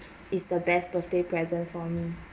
is the best birthday present for me